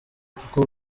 kuko